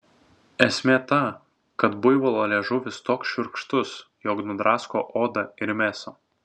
esmė ta kad buivolo liežuvis toks šiurkštus jog nudrasko odą ir mėsą